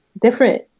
different